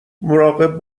مراقب